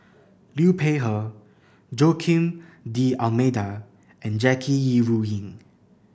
Liu Peihe Joaquim D'Almeida and Jackie Yi Ru Ying